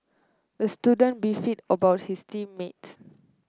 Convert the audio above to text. the student beefed about his team mates